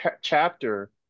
chapter